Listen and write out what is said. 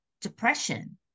depression